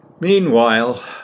Meanwhile